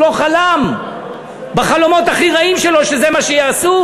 לא חלם בחלומות הכי רעים שלו שזה מה שיעשו.